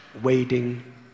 waiting